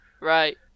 right